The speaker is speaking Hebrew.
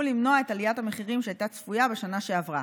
למנוע את עליית המחירים שהייתה צפויה בשנה שעברה.